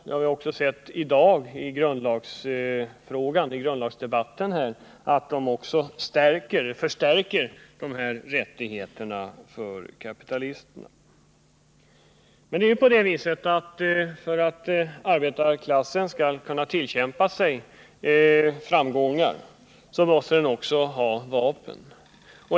I samband med dagens grundlagsdebatt har vi också fått bevis för att man förstärker dessa rättigheter för kapitalisterna. För att arbetarklassen skall kunna tillkämpa sig framgångar måste den också ha vapen.